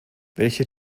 welche